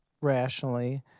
rationally